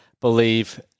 believe